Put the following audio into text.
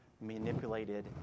manipulated